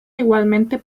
igualmente